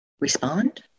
respond